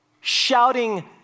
shouting